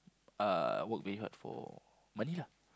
uh work very hard for money lah